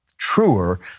truer